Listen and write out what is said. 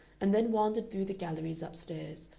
and then wandered through the galleries up-stairs,